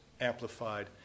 amplified